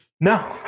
No